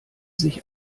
sich